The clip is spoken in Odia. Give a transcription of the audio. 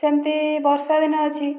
ସେମିତି ବର୍ଷା ଦିନ ଅଛି